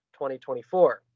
2024